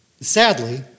Sadly